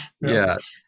Yes